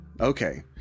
okay